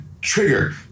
Trigger